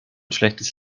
schlechtes